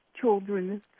children